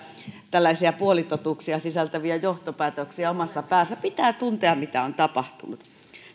tällaisia puolitotuuksia sisältäviä johtopäätöksiä omassa päässä pitää tuntea mitä on tapahtunut